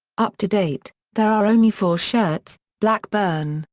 up to date, there are only four shirts, black burn,